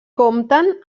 compten